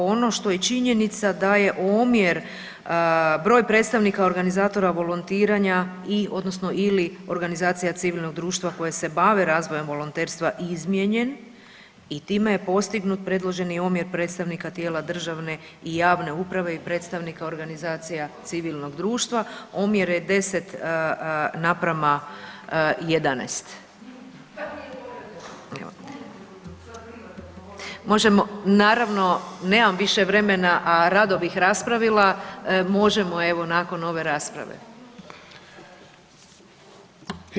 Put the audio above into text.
Ono što je činjenica da je omjer broj predstavnika organizatora volontiranja i odnosno ili organizacija civilnog društva koje se bave razvojem volonterstva izmijenjen i time je postignut predloženi omjer predstavnika tijela državne i javne uprave i predstavnika organizacija civilnog društva, omjere 10:11. ... [[Upadica se ne čuje.]] Možemo, naravno, nemamo više vremena, a rado bih raspravila, možemo evo, nakon ove rasprave.